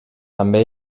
també